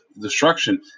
destruction